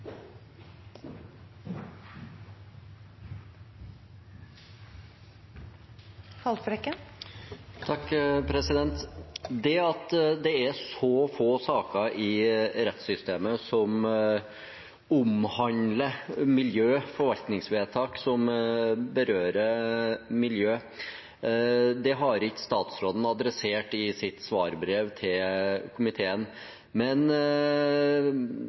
blir replikkordskifte. Det at det er så få saker i rettssystemet som omhandler miljø, forvaltningsvedtak som berører miljø, har ikke statsråden adressert i sitt svarbrev til komiteen. Men